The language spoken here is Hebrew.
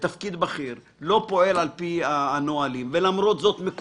בתפקיד בכיר שלא פועל על פי הנהלים ומקודם.